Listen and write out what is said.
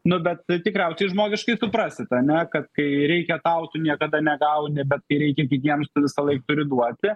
nu bet tikriausiai žmogiškai suprasit ane kad kai reikia tau tu niekada negauni bet kai reikia kitiems tu visąlaik turi duoti